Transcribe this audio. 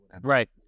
Right